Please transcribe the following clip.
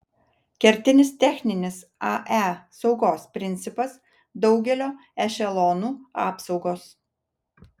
kertinis techninis ae saugos principas daugelio ešelonų apsaugos